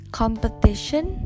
competition